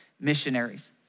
missionaries